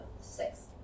Six